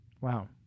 Wow